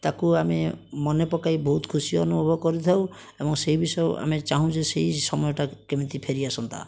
ତାକୁ ଆମେ ମନେ ପକାଇ ବହୁତ ଖୁସି ଅନୁଭବ କରିଥାଉ ଏବଂ ସେଇ ବିଷୟ ଆମେ ଚାହୁଁଛେ ସେଇ ସମୟଟା କେମିତି ଫେରି ଆସନ୍ତା